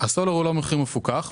הסולר הוא לא מחיר מפוקח,